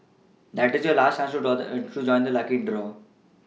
that this is your last chance to join the lucky draw